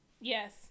Yes